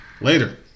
later